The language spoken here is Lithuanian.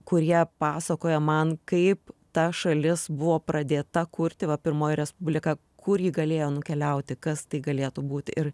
kurie pasakoja man kaip ta šalis buvo pradėta kurti va pirmoji respublika kur ji galėjo nukeliauti kas tai galėtų būti ir